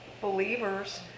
believers